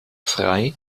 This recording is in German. frey